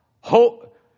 hope